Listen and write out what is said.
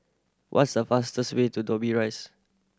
what's the fastest way to Dobbie Rise